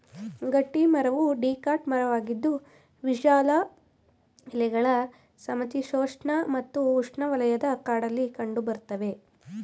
ಗಟ್ಟಿಮರವು ಡಿಕಾಟ್ ಮರವಾಗಿದ್ದು ವಿಶಾಲ ಎಲೆಗಳ ಸಮಶೀತೋಷ್ಣ ಮತ್ತು ಉಷ್ಣವಲಯದ ಕಾಡಲ್ಲಿ ಕಂಡುಬರ್ತವೆ